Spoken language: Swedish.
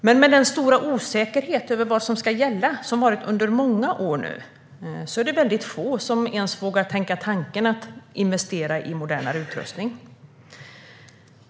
Men med den stora osäkerhet som har rått under många år angående vad som ska gälla är det väldigt få som ens vågar tänka tanken att investera i modernare utrustning.